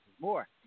more